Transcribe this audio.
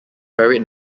buried